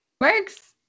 Works